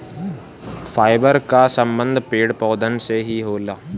fibre कअ संबंध पेड़ पौधन से भी होला